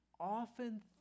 often